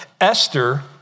Esther